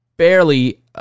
barely